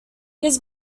his